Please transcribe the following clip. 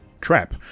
crap